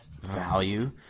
value